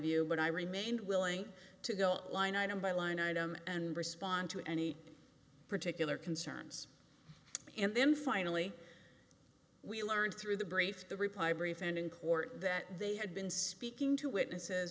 view but i remained willing to go line item by line item and respond to any particular concerns and then finally we learned through the brief to reply brief and in court that they had been speaking to witnesses